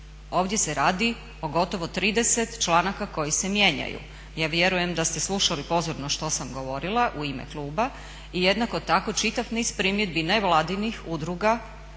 Ovdje se radi o gotovo 30 članaka koji se mijenjaju. Ja vjerujem da ste slušali pozorno što sam govorila u ime kluba i jednako tako čitav niz primjedbi nevladinih udruga, HND-a